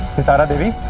sitara devi